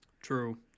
True